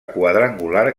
quadrangular